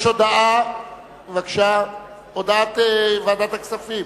יש הודעת ועדת הכספים.